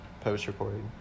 post-recording